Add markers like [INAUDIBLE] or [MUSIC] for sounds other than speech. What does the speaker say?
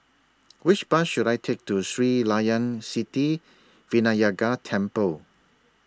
[NOISE] Which Bus should I Take to Sri Layan Sithi Vinayagar Temple